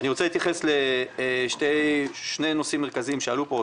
אני רוצה להתייחס לשני נושאים מרכזיים שעלו פה,